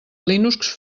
linux